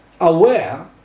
aware